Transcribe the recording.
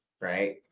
right